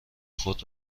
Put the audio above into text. خود